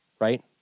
right